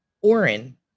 Oren